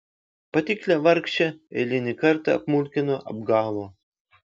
patiklią vargšę eilinį kartą apmulkino apgavo